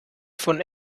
von